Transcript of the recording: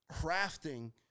Crafting